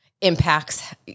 impacts